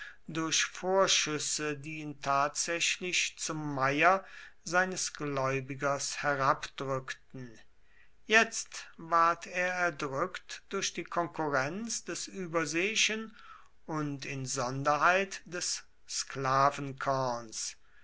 durch vorschüsse die ihn tatsächlich zum meier seines gläubigers herabdrückten jetzt ward er erdrückt durch die konkurrenz des überseeischen und insonderheit des